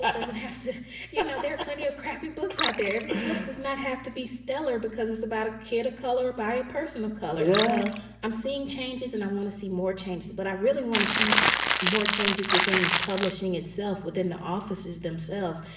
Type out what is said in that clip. ah doesn't have to you know, there are plenty of crappy books out there. every book does not have to be stellar because it's about a kid of color, by a person of color. so i'm seeing changes and i want to see more changes. but i really want to see more changes within publishing itself, within the offices themselves.